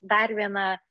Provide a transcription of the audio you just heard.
dar viena